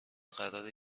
قراره